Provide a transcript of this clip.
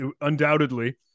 Undoubtedly